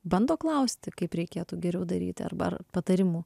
bando klausti kaip reikėtų geriau daryti arba ar patarimų